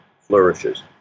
flourishes